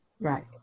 right